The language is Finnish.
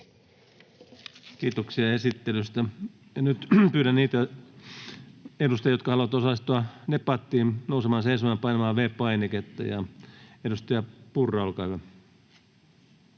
Kiitoksia esittelystä. — Ja nyt pyydän niitä edustajia, jotka haluavat osallistua debattiin, nousemaan seisomaan ja painamaan V-painiketta. — Edustaja Purra, olkaa hyvä.